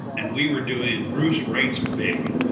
and we were doing, and bruce writes big,